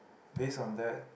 base on that